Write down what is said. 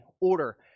order